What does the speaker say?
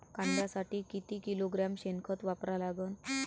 कांद्यासाठी किती किलोग्रॅम शेनखत वापरा लागन?